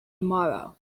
tomorrow